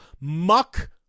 Muck